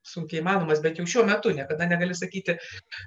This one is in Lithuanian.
sunkiai įmanomas bent jau šiuo metu niekada negali sakyti